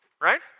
right